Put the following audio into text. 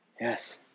Yes